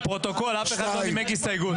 לפרוטוקול, אף אחד לא נימק הסתייגות.